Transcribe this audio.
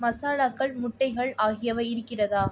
மசாலாக்கள் முட்டைகள் ஆகியவை இருக்கிறதா